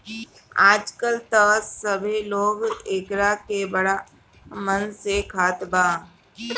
आजकल त सभे लोग एकरा के बड़ा मन से खात बा